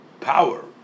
power